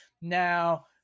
now